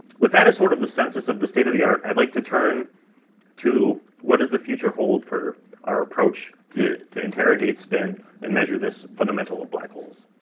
with that as sort of the census of the state of the art, i'd like to turn to what does the future hold for our approach to to interrogate spin and measure this fundamental of black holes?